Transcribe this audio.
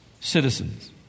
citizens